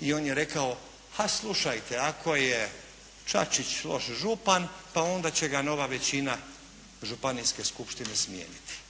i on je rekao a slušajte, ako je Čačić loš župan, pa onda će ga nova većina županijske skupštine smijeniti.